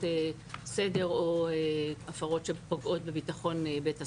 סדר או הפרות שפוגעות בביטחון בית הסוהר.